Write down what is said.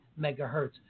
megahertz